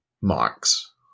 marks